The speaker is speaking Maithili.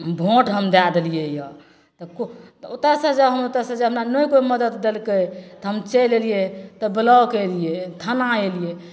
वोट हम दै देलिए यऽ तऽ ओतए से जे ओतए से जे हमरा नहि कोइ मदति देलकै हम चलि अएलिए तब ब्लॉक अएलिए थाना अएलिए